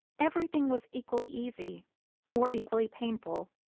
everything was equally easy or equally painful,